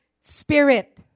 spirit